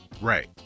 Right